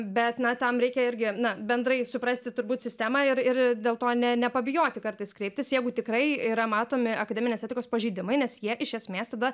bet tam reikia irgi na bendrai suprasti turbūt sistemą ir ir dėl to ne nepabijoti kartais kreiptis jeigu tikrai yra matomi akademinės etikos pažeidimai nes jie iš esmės tada